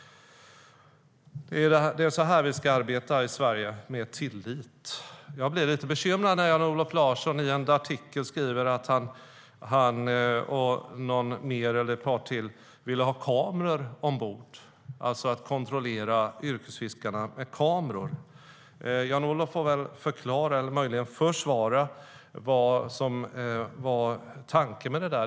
Det är så här vi ska arbeta i Sverige, med tillit. Jag blir lite bekymrad när Jan-Olof Larsson i en artikel skriver att han och ett par till vill ha kameror ombord, alltså kontrollera yrkesfiskarna med kameror. Jan-Olof får väl förklara eller möjligen försvara vad som var tanken med det.